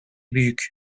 büyük